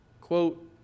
quote